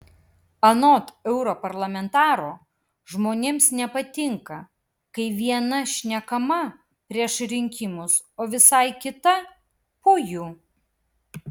anot europarlamentaro žmonėms nepatinka kai viena šnekama prieš rinkimus o visai kita po jų